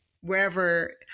wherever